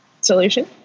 solution